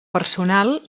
personal